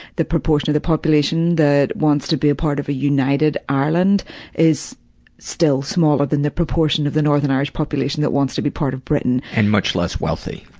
the proportion of the population that wants to be part of a united ireland is still smaller than the proportion of the northern irish population that wants to be part of britain. and much less wealthy.